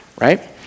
right